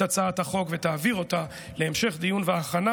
הצעת החוק ותעביר אותה להמשך דיון ולהכנה